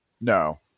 No